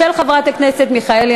של חברת הכנסת מיכאלי,